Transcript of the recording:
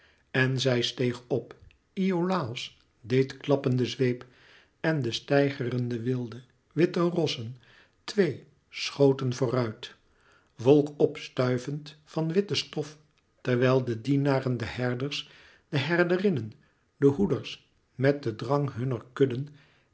en zij steeg op iolàos deed klappen den zweep en de steigerende wilde witte rossen twee schoten voor uit wolk op stuivelend van witte stof terwijl de dienaren de herders de herderinnen de hoeders met den drang hunner kudden